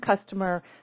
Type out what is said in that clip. customer